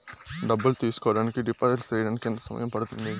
డబ్బులు తీసుకోడానికి డిపాజిట్లు సేయడానికి ఎంత సమయం పడ్తుంది